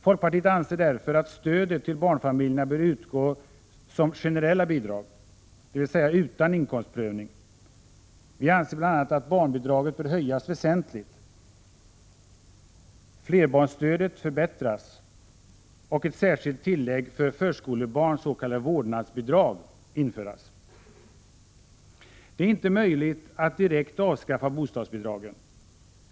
Folkpartiet anser därför att stödet till barnfamiljerna bör utgå som generella bidrag, dvs. utan inkomstprövning. Vi anser bl.a. att barnbidraget bör höjas väsentligt, flerbarnsstödet förbättras och ett särskilt tillägg för förskolebarn, s.k. vårdnadsbidrag, införas. Det är inte möjligt att direkt avskaffa bostadsbidraget.